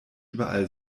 überall